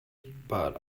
but